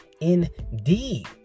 Indeed